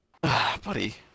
buddy